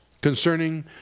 concerning